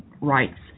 rights